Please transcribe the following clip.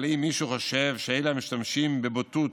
אבל אם מישהו חושב שאלה המשתמשים בבוטות